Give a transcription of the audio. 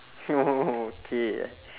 oh okay